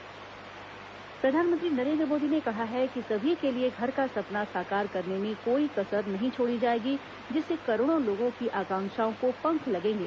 प्रधानमंत्री अपना घर प्रधानमंत्री नरेन्द्र मोदी ने कहा है कि सभी के लिए घर का सपना साकार करने में कोई कसर नहीं छोड़ी जाएगी जिससे करोड़ों लोगों की आकांक्षाओं को पंख लगेंगे